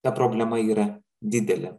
ta problema yra didelė